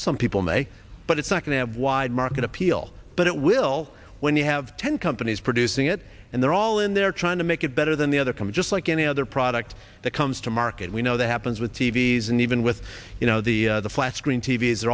some people may but it's not going to have wide market appeal but it will when you have ten companies producing it and they're all in there trying to make it better than the other come just like any other product that comes to market we know that happens with t v s and even with you know the flat screen t